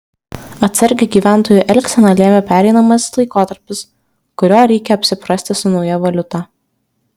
atsargią gyventojų elgseną lėmė pereinamasis laikotarpis kurio reikia apsiprasti su nauja valiuta